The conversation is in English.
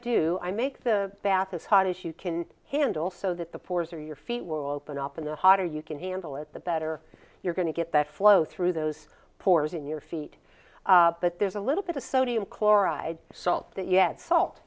do i make the bath as hot as you can handle so that the pores or your feet will open up in the hotter you can handle it the better you're going to get that flow through those pores in your feet but there's a little bit of sodium chloride salt that yet salt